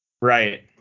right